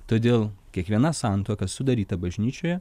todėl kiekviena santuoka sudaryta bažnyčioje